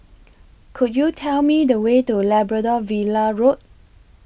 Could YOU Tell Me The Way to Labrador Villa Road